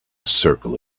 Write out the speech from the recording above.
circle